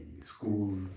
schools